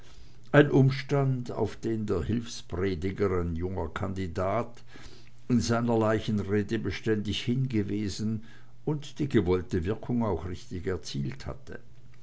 ein umstand auf den der hilfsprediger ein junger kandidat in seiner leichenrede beständig hingewiesen und die gewollte wirkung auch richtig erzielt hatte